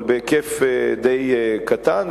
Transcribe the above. אבל בהיקף די קטן,